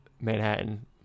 Manhattan